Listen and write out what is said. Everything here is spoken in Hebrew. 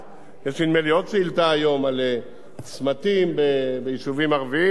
עוד שאילתא היום על צמתים ביישובים ערביים ועל הטיפול בהם.